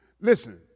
Listen